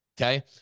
Okay